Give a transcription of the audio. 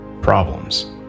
Problems